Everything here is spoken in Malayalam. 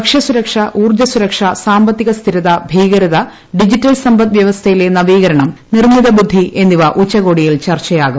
ഭക്ഷ്യ സുരക്ഷ ഉള്ൾജ്സുരക്ഷ സാമ്പത്തിക സ്ഥിരത ഭീകരത ഡിജിറ്റൽ സമ്പദ്ദി വ്യ്വസ്ഥയിലെ നവീകരണം നിർമ്മിത ബുദ്ധി എന്നിവ ഉച്ചൂക്ടോടിയിൽ ചർച്ചയാകും